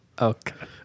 Okay